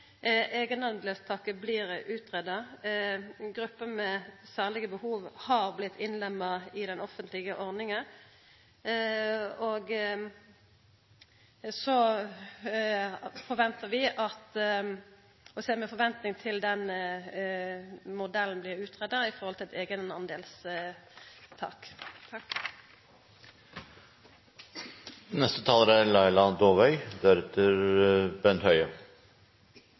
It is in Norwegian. Eigendelstaket blir greidd ut. Grupper med særlege behov har blitt innlemma i den offentlige ordninga. Vi ser med forventing fram til at modellen for eit eigendelstak blir greidd ut. Statsråden viser i sitt brev til